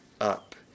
up